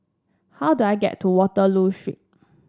how do I get to Waterloo Street